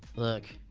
look.